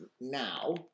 now